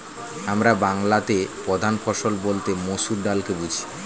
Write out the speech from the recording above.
আমরা বাংলাতে প্রধান ফসল বলতে মসুর ডালকে বুঝি